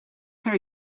her